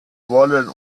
wollen